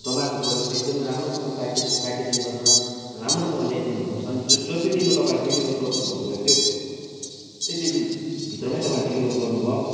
तपाईँहरूको प्रडक्ट चाहिँ एकदमै राम्रोसँग प्याकेज प्याकेजिङ गरेर राम्रोसँग ल्याइदिनुहुँदो रहेछ अनि जो त्यो दिनमा तपाईँहरूले डेलिभर गर्छु भन्नुभएको थियो त्यति दिन भित्रमै तपाईँहरूले डेलिभर गर्नुभयो